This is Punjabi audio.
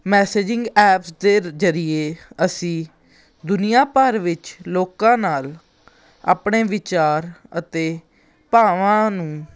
ਮੈਸੇਜਿੰਗ ਐਪਸ ਦੇ ਜ਼ਰੀਏ ਅਸੀਂ ਦੁਨੀਆਂ ਭਰ ਵਿੱਚ ਲੋਕਾਂ ਨਾਲ ਆਪਣੇ ਵਿਚਾਰ ਅਤੇ ਭਾਵਾਂ ਨੂੰ